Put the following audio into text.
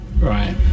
Right